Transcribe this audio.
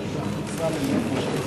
הכנסה לנפש,